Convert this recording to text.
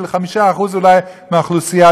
של 5% אולי מהאוכלוסייה,